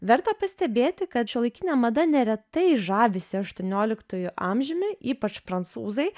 verta pastebėti kad šiuolaikinė mada neretai žavisi aštuonioliktuoju amžiumi ypač prancūzai